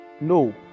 no